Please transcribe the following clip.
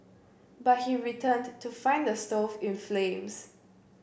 but he returned to find the stove in flames